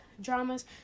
dramas